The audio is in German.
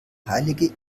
heilige